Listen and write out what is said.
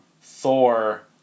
Thor